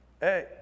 hey